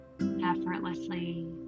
effortlessly